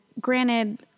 granted